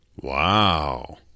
Wow